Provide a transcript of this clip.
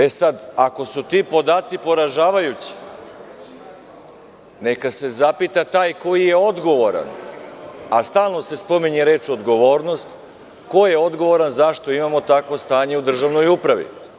E, sad ako su ti podaci poražavajući, neka se zapita taj koji je odgovoran, a stalno se spominje reč odgovornost, ko je odgovoran zašto imamo takvo stanje u državnoj upravi?